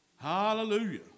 hallelujah